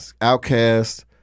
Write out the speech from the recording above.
Outcast